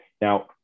Now